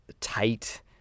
tight